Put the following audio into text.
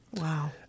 wow